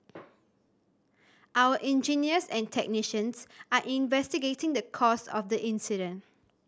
our engineers and technicians are investigating the cause of the incident